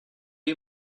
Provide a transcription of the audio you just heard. you